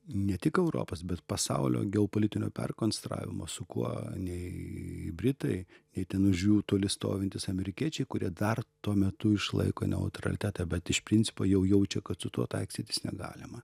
ne tik europos bet pasaulio geopolitinio perkonstravimo su kuo nei britai ir ten už jų turi stovintys amerikiečiai kurie dar tuo metu išlaiko neutralitetą bet iš principo jau jaučia kad su tuo taikstytis negalima